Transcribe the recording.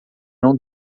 não